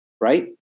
right